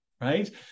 right